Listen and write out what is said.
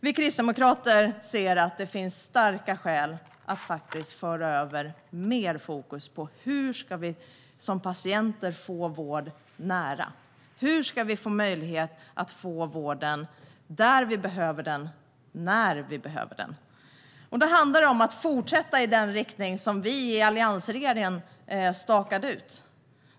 Vi kristdemokrater ser att det finns starka skäl att föra över mer fokus på hur man som patient ska få vård nära. Hur ska vi få möjlighet att få vården där man behöver den och när man behöver den? Det handlar om att fortsätta i den riktning som vi i alliansregeringen stakade ut.